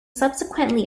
subsequently